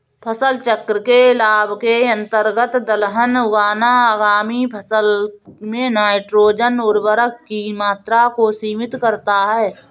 फसल चक्र के लाभ के अंतर्गत दलहन उगाना आगामी फसल में नाइट्रोजन उर्वरक की मात्रा को सीमित करता है